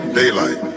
daylight